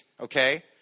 okay